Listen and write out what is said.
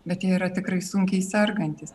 bet jie yra tikrai sunkiai sergantys